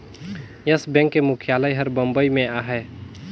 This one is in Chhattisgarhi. यस बेंक के मुख्यालय हर बंबई में अहे